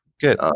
Good